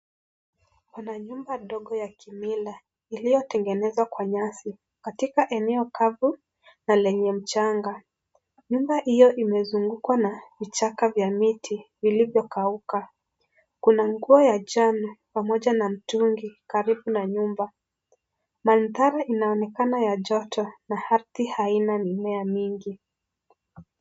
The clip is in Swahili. Kuna nyumba ndogo ya kimila, iliyotengenezwa kwa nyasi, katika eneo kavu na lenye mchanga. Nyumba hiyo, imezungukwa na vichaka vya miti, vilivyokauka. Kuna nguo ya njano pamoja na mtungi, karibu na nyumba. Mandhari inaonekana ya joto na ardhi haina mimea mingi.